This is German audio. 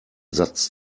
satz